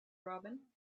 robin